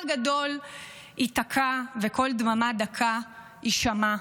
גדול ייתקע / וקול דממה דקה יישמע",